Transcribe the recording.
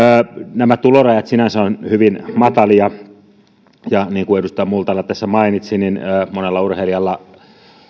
nämä tulorajat sinänsä ovat hyvin matalia ja niin kuin edustaja multala tässä mainitsi monella urheilijalla